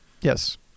yes